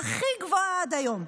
הכי גבוהה עד היום.